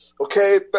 Okay